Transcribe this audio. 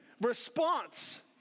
response